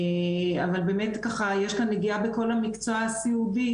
אבל באמת ככה יש כאן נגיעה בכל המקצוע הסיעודי,